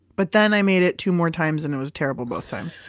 but then i made it two more times and it was terrible both times.